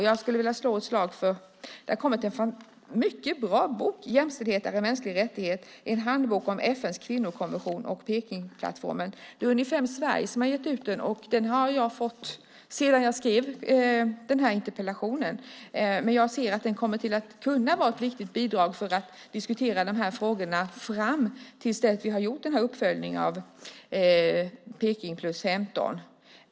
Jag skulle vilja slå ett slag för en mycket bra bok som har kommit och som heter Jämställdhet är en mänsklig rättighet . Det är en handbok om FN:s kvinnokonvention och Pekingplattformen. Det är Unifem Sverige som har gett ut den. Den har jag fått efter att jag skrev denna interpellation. Men den kommer att kunna vara ett viktigt bidrag för att diskutera dessa frågor fram till att vi har gjort denna uppföljning av Peking + 15.